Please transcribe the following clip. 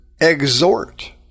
exhort